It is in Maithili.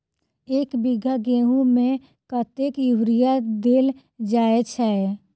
एक बीघा गेंहूँ मे कतेक यूरिया देल जाय छै?